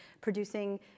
producing